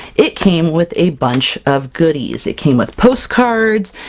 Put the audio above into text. it came with a bunch of goodies! it came with postcards,